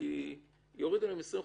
כי יורידו להם 25%,